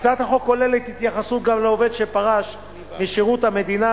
הצעת החוק כוללת התייחסות גם לעובד שפרש משירות המדינה